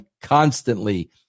constantly